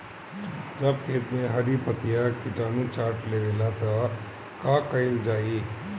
जब खेत मे हरी पतीया किटानु चाट लेवेला तऽ का कईल जाई?